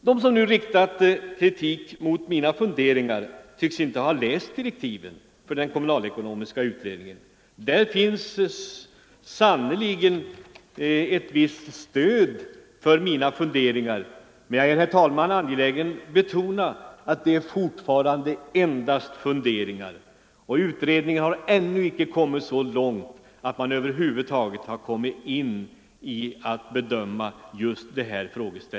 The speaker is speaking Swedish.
De som riktat kritik mot mina funderingar tycks inte ha läst direktiven för den kommunalekonomiska utredningen. Där finns sannerligen stöd för mina funderingar, men jag är, herr talman, angelägen att betona att det fortfarande endast är funderingar. Utredningen har ännu inte kommit så långt att den börjat bedöma just dessa frågor.